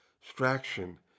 distraction